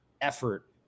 effort